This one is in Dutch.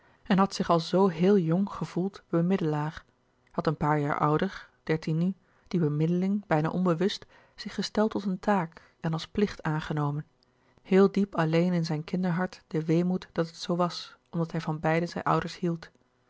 en had zich al zoo heel jong gevoeld bemiddelaar had een paar jaar ouder dertien nu die bemiddeling bijna onbewust zich gesteld tot een taak en als plicht aangenomen heel diep alleen in zijn kinderhart de weemoed dat het zoo was omdat hij van beiden zijn ouders hield